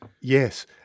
Yes